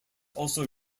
also